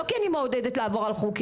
לא כי אני מעודדת לעבור על חוקים,